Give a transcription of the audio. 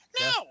no